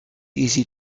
easy